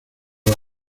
los